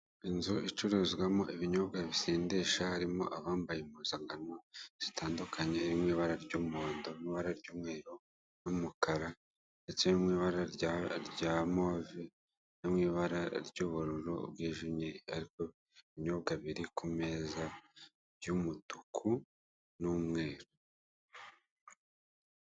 Inzu icuruzwamo ibinyobwa bisindisha harimo abambaye impuzangano zitandukanye mu ibara ry'umuhondo, mu ibara ry'umweru n'umukara, ndetse no mu ibara rya move no mu ibara ry'ubururu bwijimye, ariko ibinyobwa biri ku meza by'umutuku n'umweru.